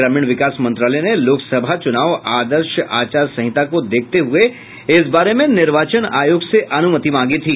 ग्रामीण विकास मंत्रालय ने लोकसभा चुनाव आदर्श आचार संहिता को देखते हुए इस बारे में निर्वाचन आयोग से अनुमति मांगी थी